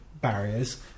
barriers